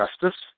Justice